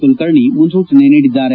ಕುಲಕರ್ಣಿ ಮುನ್ನೂಚನೆ ನೀಡಿದ್ದಾರೆ